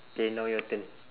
K now your turn